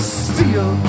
steel